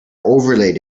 overlay